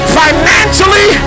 financially